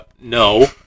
no